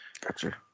Gotcha